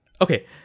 Okay